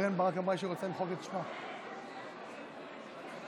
קרן ברק אמרה לי שהיא רוצה למחוק את שמה מ-20 חתימות.